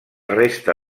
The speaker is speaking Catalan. resta